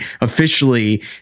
officially